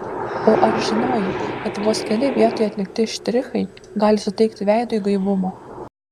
o ar žinojai kad vos keli vietoje atlikti štrichai gali suteikti veidui gaivumo